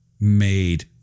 made